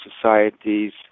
societies